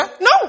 No